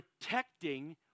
protecting